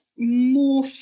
more